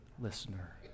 listener